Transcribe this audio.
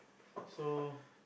so